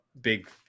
big